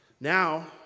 Now